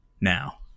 Now